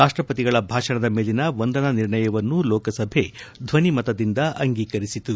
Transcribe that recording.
ರಾಷ್ಟಪತಿಗಳ ಭಾಷಣದ ಮೇಲಿನ ವಂದನಾ ನಿರ್ಣಯವನ್ನು ಲೋಕಸಭೆ ಧ್ವನಿ ಮತದಿಂದ ಅಂಗೀಕರಿಸಿತು